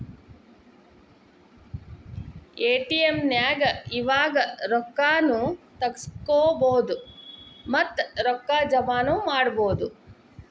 ATM ನ್ಯಾಗ್ ಇವಾಗ ರೊಕ್ಕಾ ನು ತಗ್ಸ್ಕೊಬೊದು ಮತ್ತ ರೊಕ್ಕಾ ಜಮಾನು ಮಾಡ್ಬೊದು